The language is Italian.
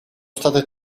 state